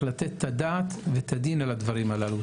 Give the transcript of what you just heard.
לתת את הדעת ואת הדין על הדברים הללו.